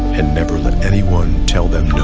and never let anyone tell them